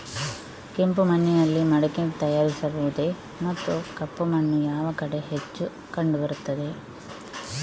ಕೆಂಪು ಮಣ್ಣಿನಲ್ಲಿ ಮಡಿಕೆ ತಯಾರಿಸಬಹುದೇ ಮತ್ತು ಕಪ್ಪು ಮಣ್ಣು ಯಾವ ಕಡೆ ಹೆಚ್ಚು ಕಂಡುಬರುತ್ತದೆ?